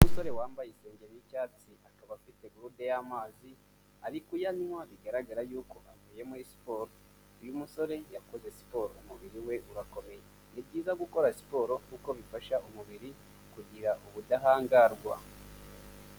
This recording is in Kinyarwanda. Umusore wambaye insengeri y'icyatsi akaba afite gurude y'amazi ari kuyanywa bigaragara yuko avuye muri siporo, uyu musore yakoze siporo umubiri we urakomeye, ni byiza gukora siporo kuko bifasha umubiri kugira ubudahangarwa.